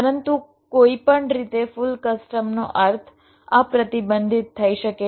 પરંતુ કોઈપણ રીતે ફુલ કસ્ટમનો અર્થ અપ્રતિબંધિત થઈ શકે છે